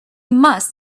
must